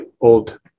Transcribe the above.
old